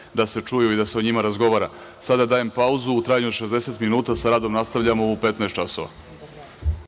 da se čuju i da se o njima razgovara. Sada dajem pauzu u trajanju od 60 minuta. Sa radom nastavljamo u 15.00